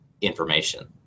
information